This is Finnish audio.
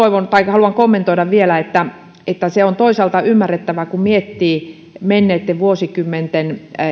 haluan vielä kommentoida että se on toisaalta ymmärrettävää kun miettii esimerkiksi menneitten vuosikymmenten